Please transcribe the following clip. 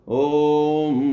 om